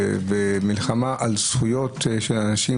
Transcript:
במלחמה על זכויות של אנשים,